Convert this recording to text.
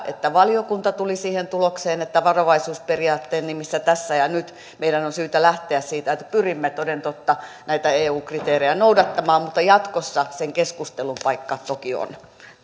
että valiokunta tuli siihen tulokseen että varovaisuusperiaatteen nimissä tässä ja nyt meidän on syytä lähteä siitä että pyrimme toden totta näitä eu kriteerejä noudattamaan mutta jatkossa sen keskustelun paikka toki on